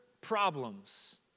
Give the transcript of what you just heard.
problems